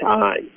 time